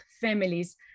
families